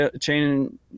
chain